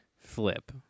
flip